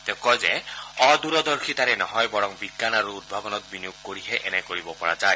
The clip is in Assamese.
তেওঁ কয় যে অদূৰদৰ্শীতাৰে নহয় বৰং বিজ্ঞান আৰু উদ্ভাবনত বিনিয়োগ কৰিহে এনে কৰিব পৰা যায়